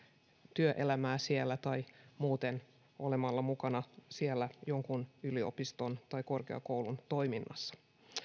työelämää siellä tai muuten olemaan mukana siellä jonkun yliopiston tai korkeakoulun toiminnassa